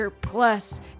plus